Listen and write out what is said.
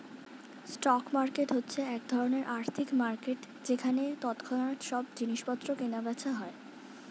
stock market হচ্ছে এক ধরণের আর্থিক মার্কেট যেখানে তৎক্ষণাৎ সব জিনিসপত্র কেনা বেচা হয়